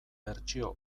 bertsio